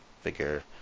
figure